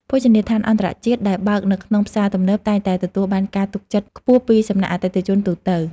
ភោជនីយដ្ឋានអន្តរជាតិដែលបើកនៅក្នុងផ្សារទំនើបតែងតែទទួលបានការទុកចិត្តខ្ពស់ពីសំណាក់អតិថិជនទូទៅ។